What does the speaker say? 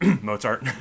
Mozart